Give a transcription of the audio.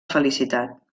felicitat